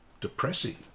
depressing